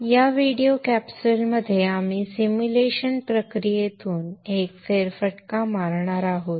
या व्हिडिओ कॅप्सूलमध्ये आपण सिम्युलेशन प्रक्रियेतून एक फेरफटका मारणार आहोत